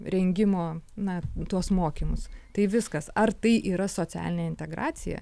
rengimo na tuos mokymus tai viskas ar tai yra socialinė integracija